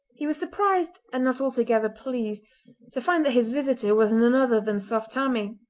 he was surprised and not altogether pleased to find that his visitor was none other than saft tammie,